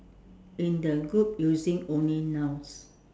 in the group using only nouns